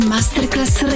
Masterclass